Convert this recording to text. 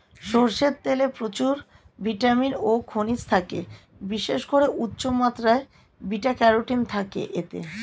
সরষের তেলে প্রচুর ভিটামিন ও খনিজ থাকে, বিশেষ করে উচ্চমাত্রার বিটা ক্যারোটিন থাকে এতে